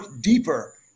deeper